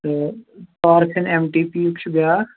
تہٕ پارکِن M T P یُک چھُ بیٛاکھ